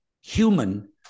human